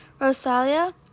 Rosalia